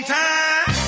time